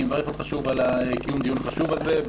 אני מברך אותך שוב על קיום הדיון החשוב הזה.